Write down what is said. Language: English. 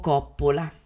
Coppola